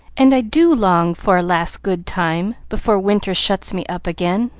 and i do long for a last good time before winter shuts me up again,